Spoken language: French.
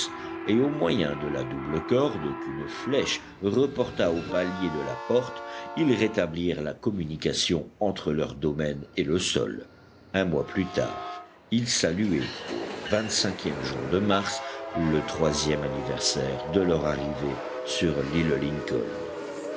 et au moyen de la double corde qu'une flèche reporta au palier de la porte ils rétablirent la communication entre leur domaine et le sol un mois plus tard ils saluaient au vingt-cinquième jour de mars le troisième anniversaire de leur arrivée sur l'île lincoln